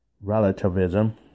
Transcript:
Relativism